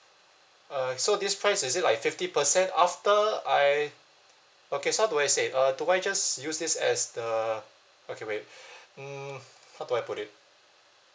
uh so this price is it like fifty percent after I okay so how do I say uh do I just use this as the okay wait mm how do I put it